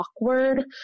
awkward